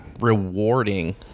rewarding